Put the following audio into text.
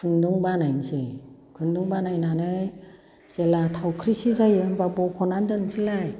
खुन्दुं बानायसै खुन्दुं बानायनानै जेब्ला थावख्रि से जायो होनबा बख'नानै दोनसैलाय